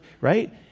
Right